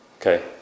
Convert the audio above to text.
Okay